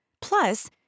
Plus